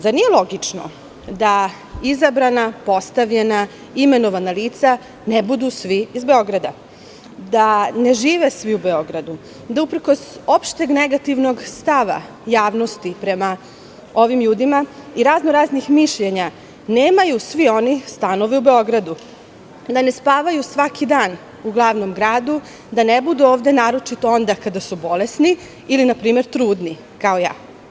Zar nije logično da izabrana, postavljena, imenovana lica ne budu svi iz Beograda, da ne žive svi u Beogradu, da uprkos opšteg negativnog stava javnosti prema ovim ljudima i raznoraznih mišljenja nemaju svi oni stanove u Beogradu, da ne spavaju svaki dan u glavnom gradu, da ne budu ovde naročito onda kada su bolesni, ili na primer trudni, kao ja?